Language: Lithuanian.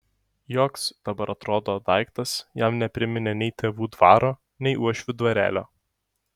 joks dabar atrodo daiktas jam nepriminė nei tėvų dvaro nei uošvių dvarelio